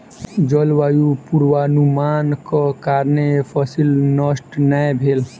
जलवायु पूर्वानुमानक कारणेँ फसिल नष्ट नै भेल